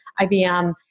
IBM